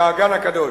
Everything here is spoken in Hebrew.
"האגן הקדוש".